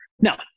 Now